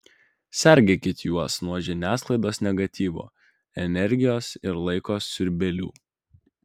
sergėkit juos nuo žiniasklaidos negatyvo energijos ir laiko siurbėlių